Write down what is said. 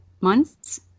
months